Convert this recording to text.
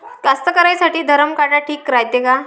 कास्तकाराइसाठी धरम काटा ठीक रायते का?